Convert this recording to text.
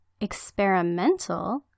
experimental